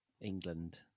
England